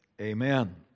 Amen